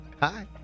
Hi